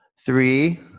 three